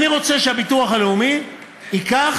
אני רוצה שביטוח לאומי ייקח